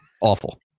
Awful